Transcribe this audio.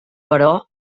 però